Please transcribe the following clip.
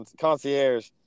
concierge